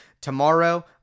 Tomorrow